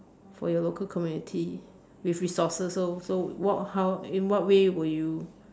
for your local community with resources so so what how in what way will you